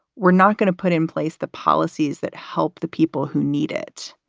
we're not going to put in place the policies that help the people who need it.